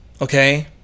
Okay